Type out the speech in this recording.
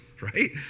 right